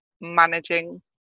managing